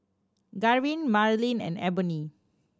Garvin Marleen and Eboni